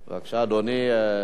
בבקשה, אדוני.